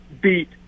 beat